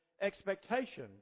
expectation